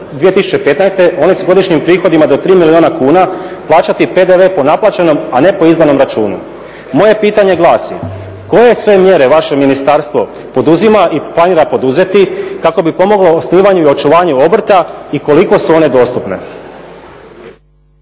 1.1.2015.oni sa godišnjim prihodima do 3 milijuna kuna plaćati PDV po naplaćenom, a ne po izdanom računu. Moje pitanje glasi koje sve mjere vaše ministarstvo poduzima i planira poduzeti kako bi pomoglo u osnivanju i očuvanju obrta i koliko su one dostupne?